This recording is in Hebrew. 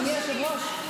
אדוני היושב-ראש,